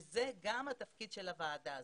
וזה גם התפקיד של הוועדה הזאת.